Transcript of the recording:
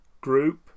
group